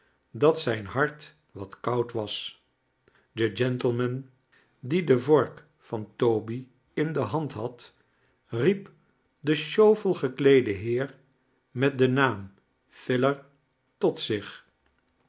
dat zijn hart wat koud was de gentleman die de vork van toby in die hand had riep den sjofel gekleeden heer met den naam filer tot zich